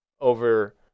over